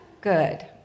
Good